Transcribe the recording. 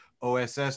oss